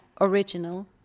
original